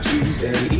Tuesday